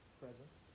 presence